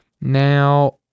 Now